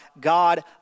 God